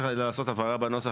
לא צריך להיות בהסכמה?